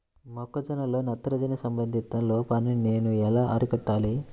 మొక్క జొన్నలో నత్రజని సంబంధిత లోపాన్ని నేను ఎలా అరికట్టాలి?